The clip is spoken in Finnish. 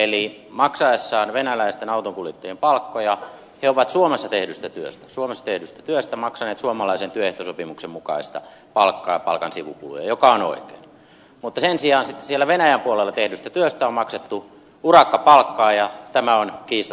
eli maksaessaan venäläisten autonkuljettajien palkkoja he ovat suomessa tehdystä työstä maksaneet suomalaisen työehtosopimuksen mukaista palkkaa ja palkan sivukuluja mikä on oikein mutta sen sijaan sitten siellä venäjän puolella tehdystä työstä on maksettu urakkapalkkaa ja tämä on kiistatta väärin